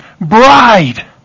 bride